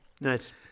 Nice